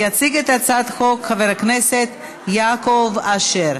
יציג את הצעת החוק חבר הכנסת יעקב אשר.